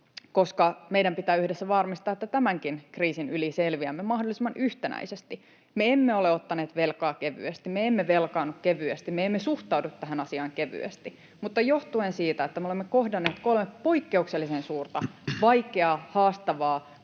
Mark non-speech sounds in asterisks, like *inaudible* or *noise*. koska meidän pitää yhdessä varmistaa, että tämänkin kriisin yli selviämme mahdollisimman yhtenäisesti. Me emme ole ottaneet velkaa kevyesti, me emme velkaannu kevyesti, me emme suhtaudu tähän asiaan kevyesti, mutta johtuen siitä, että me olemme kohdanneet *noise* kolme poikkeuksellisen suurta, vaikeaa, haastavaa,